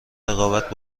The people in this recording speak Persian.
رقابت